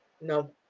no